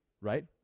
right